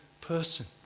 person